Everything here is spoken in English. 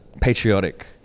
patriotic